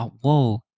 Whoa